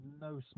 no